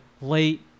late